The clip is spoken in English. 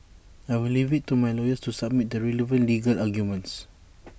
I will leave IT to my lawyers to submit the relevant legal arguments